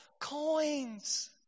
coins